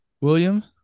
William